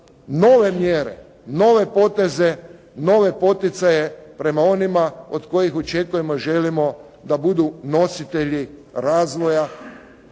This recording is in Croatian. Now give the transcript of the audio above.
nove mjere, nove poteze, nove poticaje prema onima od kojih očekujemo i želimo da budu nositelji razvoja,